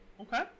Okay